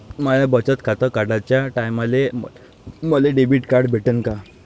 माय बचत खातं काढाच्या टायमाले मले डेबिट कार्ड भेटन का?